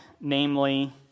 namely